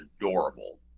adorable